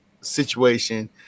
situation